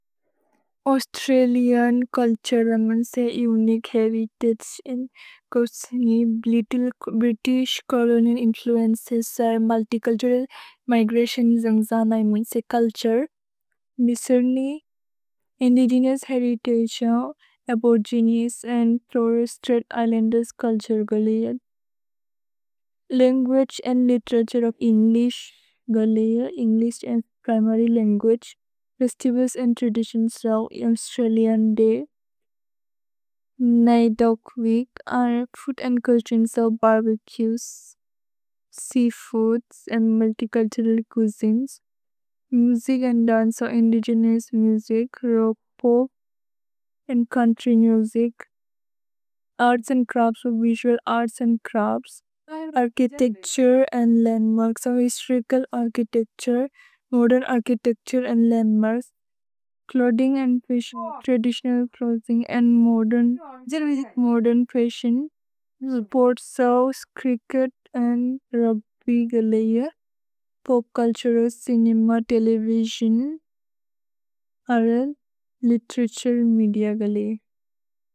Australian culture, romance, unique heritage in छोर्सिनि, little British colonial influences, multicultural migration in जन्जनै, मुन्से culture, मिसुर्नी, indigenous heritage of Aborigines and Torres Strait Islanders culture, galleon. Language and literature of English, galleon, English as primary language, vestibules and traditions of Australian day. Night of the week are food and cuisines of barbecues, seafoods and multicultural cuisines, music and dance of indigenous music, rock, pop and country music. Arts and crafts of visual arts and crafts, architecture and landmarks of historical architecture, modern architecture and landmarks, clothing and fashion, traditional clothing and modern fashion, sports, sports, cricket and rugby, galleon, pop culture, cinema, television, र्ल्, literature, media, galleon.